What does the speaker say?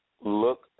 look